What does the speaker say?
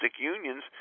unions